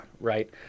right